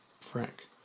Frank